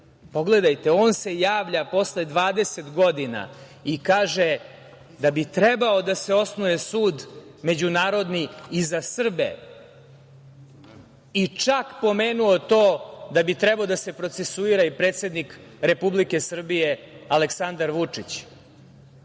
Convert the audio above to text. zemlju. Pogledajte, on se javlja posle 20 godina i kaže da bi trebao da se osnuje međunarodni sud i za Srbe, čak je pomenuo to da bi trebao da se procesuira i predsednik Republike Srbije, Aleksandar Vučić.